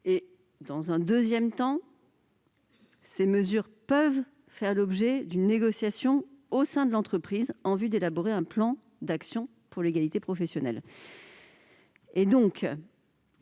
dans un deuxième temps, ces mesures peuvent faire l'objet d'une négociation au sein de l'entreprise en vue de l'élaboration d'un plan d'action pour l'égalité professionnelle.